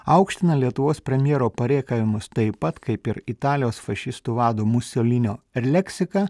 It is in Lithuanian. aukština lietuvos premjero parėkavimus taip pat kaip ir italijos fašistų vado musolinio ir leksiką